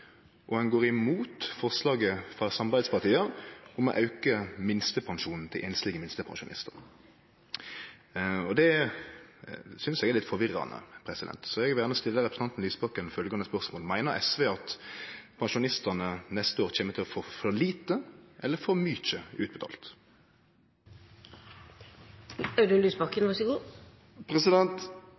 og ein går imot forslaget frå samarbeidspartia om å auke minstepensjonen til einslege minstepensjonistar. Eg synest det er litt forvirrande. Eg vil gjerne stille representanten Lysbakken følgjande spørsmål: Meiner SV at pensjonistane neste år kjem til å få for lite eller for mykje utbetalt?